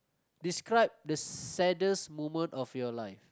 describe the saddest moment of your life